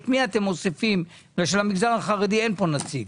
את מי אתם מוסיפים למגזר החרדי אין פה נציג.